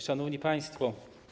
Szanowni Państwo!